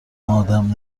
ادم